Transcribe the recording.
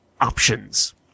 options